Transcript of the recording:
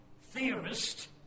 theorist